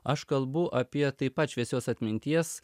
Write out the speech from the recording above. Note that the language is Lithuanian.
aš kalbu apie taip pat šviesios atminties